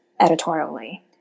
editorially